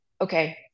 okay